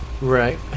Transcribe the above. Right